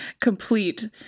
complete